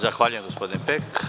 Zahvaljujem, gospodine Pek.